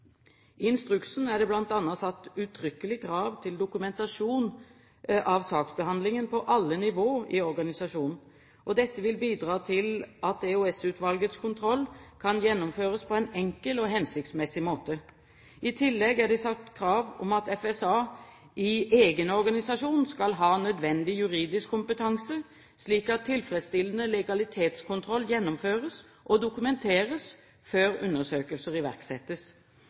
I instruksen er det bl.a. satt uttrykkelig krav til dokumentasjon av saksbehandlingen på alle nivå i organisasjonen. Dette vil bidra til at EOS-utvalgets kontroll kan gjennomføres på en enkel og hensiktsmessig måte. I tillegg er det satt krav om at FSA i egen organisasjon skal ha nødvendig juridisk kompetanse, slik at tilfredsstillende legalitetskontroll gjennomføres og dokumenteres før undersøkelser iverksettes.